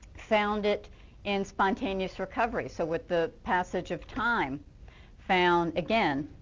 found it in spontaneous recovery. so with the passage of time found again,